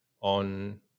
on